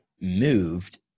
moved